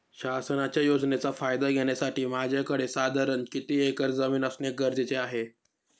शासनाच्या योजनेचा फायदा घेण्यासाठी माझ्याकडे साधारण किती एकर जमीन असणे गरजेचे आहे?